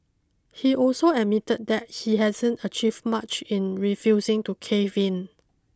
he also admitted that he hasn't achieved much in refusing to cave in